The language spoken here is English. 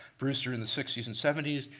brewster in the sixty s and seventy s.